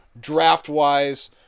draft-wise